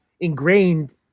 ingrained